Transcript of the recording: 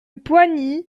poigny